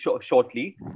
shortly